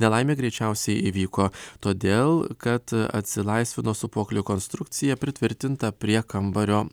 nelaimė greičiausiai įvyko todėl kad atsilaisvino sūpuoklių konstrukcija pritvirtinta prie kambario